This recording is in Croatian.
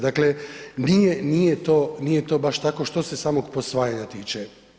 Dakle, nije, nije to baš tako što se samog posvajanja tiče.